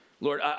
Lord